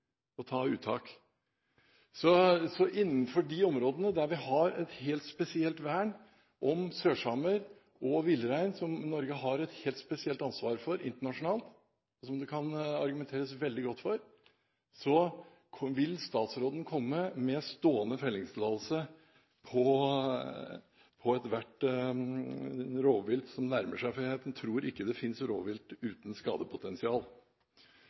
ta uttak. Vil statsråden innenfor de områdene der vi har et helt spesielt vern om sørsamer og villrein – som Norge har et helt spesielt ansvar for internasjonalt, og som det kan argumenteres veldig godt for – komme med stående fellingstillatelse på ethvert rovvilt som nærmer seg? For jeg tror ikke det finnes rovvilt uten skadepotensial.